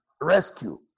rescue